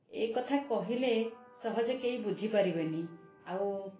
ଏକଥା କହିଲେ ସହଜେ କେହି ବୁଝି ପରିବେନି ଆଉ